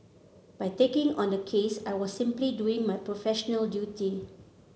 by taking on the case I was simply doing my professional duty